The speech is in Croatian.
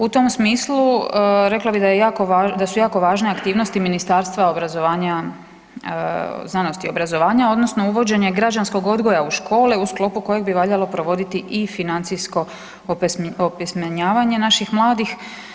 U tom smislu rekla bih da je jako, da su jako važne aktivnosti Ministarstva obrazovanja, znanosti i obrazovanja, odnosno uvođenje građanskog odgoja u škole u sklopu kojeg bi valjalo provoditi i financijsku opismenjavanje naših mladih.